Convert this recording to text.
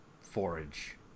forage